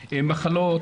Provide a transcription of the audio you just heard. מחלות,